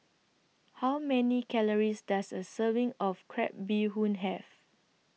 How Many Calories Does A Serving of Crab Bee Hoon Have